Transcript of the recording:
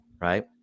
right